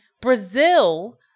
Brazil